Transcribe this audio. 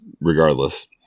regardless